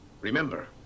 Remember